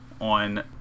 on